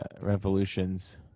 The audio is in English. Revolutions